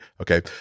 okay